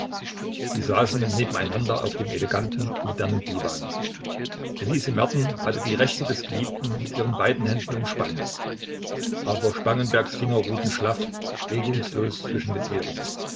sie saßen nebeneinander auf dem eleganten modernen diwan elise merten hatte die rechte des geliebten mit ihren beiden händen umspannt aber spangenbergs finger ruhten schlaff regungslos zwischen den ihren